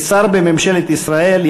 כשר בממשלת ישראל,